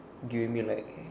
giving me like